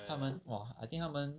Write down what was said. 他们 !wah! I think 他们